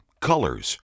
colors